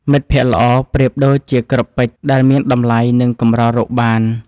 មិត្តភក្តិល្អប្រៀបដូចជាគ្រាប់ពេជ្រ ដែលមានតម្លៃ និងកម្ររកបាន។